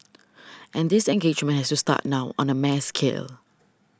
and this engagement has to start now on a mass scale